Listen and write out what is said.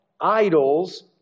idols